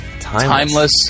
timeless